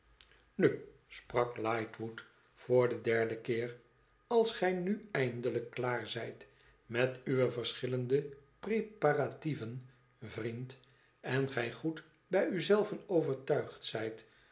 nu sprak lightwood voor den derden keer lals gij nu eindelijk klaar zijt met uwe verschillende preparatieven vriend en gij goed bij u zelven overtuigd zijt